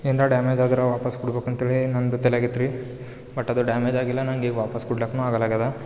ಏನ್ರ ಡ್ಯಾಮೇಜ್ ಆದರೆ ವಾಪಾಸ್ ಕೊಡ್ಬೇಕು ಅಂತೇಳಿ ನಂದು ತಲೇಯಾಗ್ ಇತ್ತು ರೀ ಬಟ್ ಅದು ಡ್ಯಾಮೇಜ್ ಆಗಿಲ್ಲ ನಂಗೆ ವಾಪಾಸ್ ಕೊಡ್ಲಾಕು ಆಗಲ್ಲಾಗಿದೆ